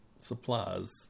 supplies